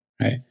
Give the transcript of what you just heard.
Right